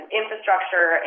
infrastructure